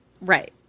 Right